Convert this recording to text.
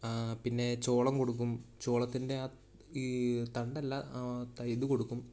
പിന്നെ ചോളം കൊടുക്കും ചോളത്തിൻ്റെ ഈ തണ്ടല്ല തയ്യ് ഇത് കൊടുക്കും